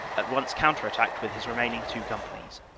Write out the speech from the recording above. at once counter-attacked with his remaining two companies.